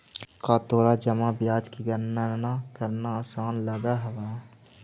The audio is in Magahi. का तोरा जमा ब्याज की गणना करना आसान लगअ हवअ